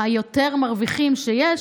היותר-רווחיים שיש,